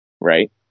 right